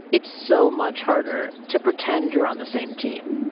it's so much harder to pretend you're on the same team